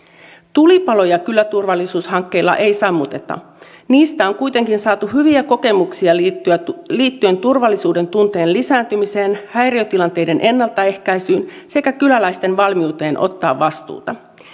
tulipaloja turvallisuushankkeilla ei kyllä sammuteta niistä on kuitenkin saatu hyviä kokemuksia liittyen turvallisuudentunteen lisääntymiseen häiriötilanteiden ennaltaehkäisyyn sekä kyläläisten valmiuteen ottaa vastuuta